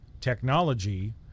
technology